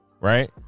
right